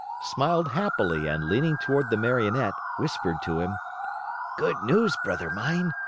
smiled happily and leaning toward the marionette, whispered to him good news, brother mine!